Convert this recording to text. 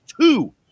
two